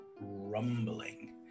rumbling